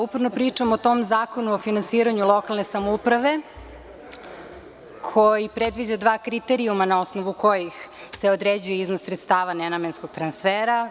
Uporno pričam o tom Zakonu o finansiranju lokalne samouprave koji predviđa dva kriterijuma na osnovu kojih se određuje iznos sredstava nenamenskog transfera.